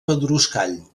pedruscall